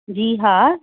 जी हा